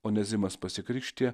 onezimas pasikrikštija